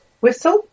Whistle